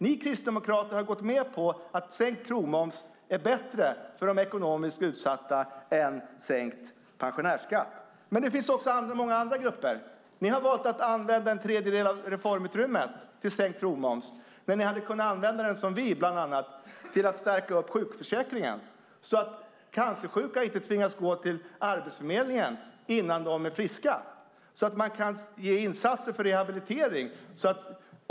Ni kristdemokrater har gått med på att sänkt krogmoms är bättre för de ekonomiskt utsatta än sänkt skatt för pensionärer. Det finns också många andra grupper. Ni har valt att använda en tredjedel av reformutrymmet till sänkt krogmoms när ni hade kunnat använda det som vi föreslår, nämligen till att stärka sjukförsäkringen, så att cancersjuka inte tvingas gå till Arbetsförmedlingen innan de är friska och så att man kan göra insatser för rehabilitering.